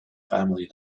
family